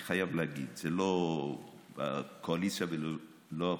אני חייב להגיד, זה לא קואליציה ולא אופוזיציה.